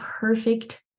perfect